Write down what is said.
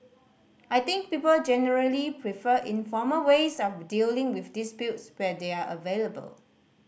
I think people generally prefer informal ways of dealing with disputes where they are available